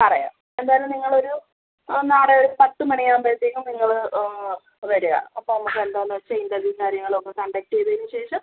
പറയാം എന്തായാലും നിങ്ങൾ ഒരു നാളെ ഒരു പത്ത് മണി ആവുമ്പഴുത്തേക്കും നിങ്ങൾ വരിക അപ്പം നമ്മൾക്ക് എന്താണെന്ന് വച്ചാൽ ഇൻറ്റർവ്യൂ കാര്യങ്ങളുമൊക്കെ കണ്ടക്റ്റ് ചെയ്തതിന് ശേഷം